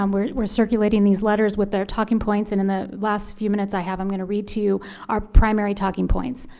um we're we're circulating these letters with their talking points. and in the last few minutes i have, i'm gonna read to you our primary talking points.